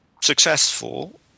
successful